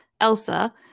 Elsa